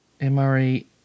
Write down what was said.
MRE